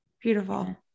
beautiful